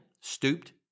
stooped